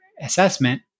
assessment